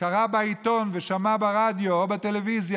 קרא בעיתון ושמע ברדיו או בטלוויזיה